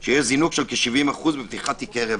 שיש זינוק של כ-70% בפתיחת תיקי רווחה.